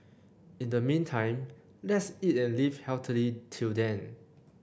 in the meantime let's eat and live healthily till then